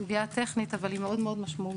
זאת סוגיה טכנית אבל היא מאוד מאוד משמעותית.